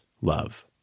love